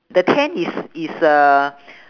the tent is is uh